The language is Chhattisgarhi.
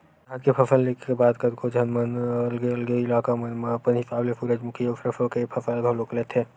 धान के फसल ले के बाद कतको झन मन अलगे अलगे इलाका मन म अपन हिसाब ले सूरजमुखी अउ सरसो के फसल घलोक लेथे